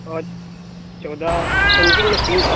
اور چوتھا punching machine